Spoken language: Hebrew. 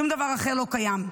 ושום דבר אחר לא קיים.